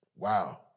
Wow